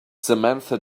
samantha